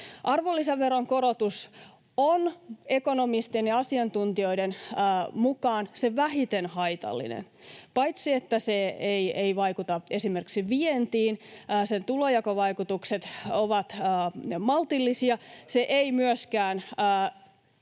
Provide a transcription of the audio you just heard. Arvonlisäveron korotus on ekonomistien ja asiantuntijoiden mukaan se vähiten haitallinen. Paitsi että se ei vaikuta esimerkiksi vientiin, [Jouni Ovaska: Te nostatte väylämaksuja!]